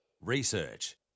Research